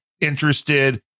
interested